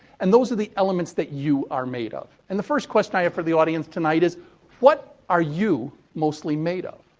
and those are the elements that you are made of. and the first question i have for the audience tonight is what are you mostly made of?